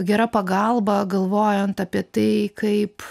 gera pagalba galvojant apie tai kaip